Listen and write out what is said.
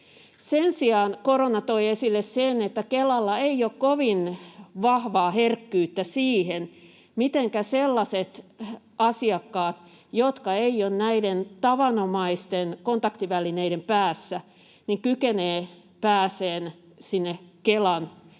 Sen sijaan korona toi esille sen, että Kelalla ei ole kovin vahvaa herkkyyttä siihen, mitenkä sellaiset asiakkaat, jotka eivät ole näiden tavanomaisten kontaktivälineiden päässä, kykenevät pääsemään